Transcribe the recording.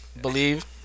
Believe